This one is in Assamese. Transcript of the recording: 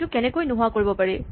এইটো কেনেকৈ নোহোৱা কৰিব পাৰি